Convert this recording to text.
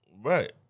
Right